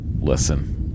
listen